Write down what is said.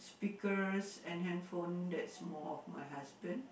speakers and handphone that's more of my husband